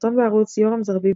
סרטון בערוץ "Yoram Zerbib",